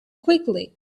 quickly